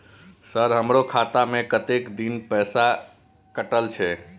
Sir हमारो खाता में कतेक दिन पैसा कटल छे?